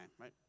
right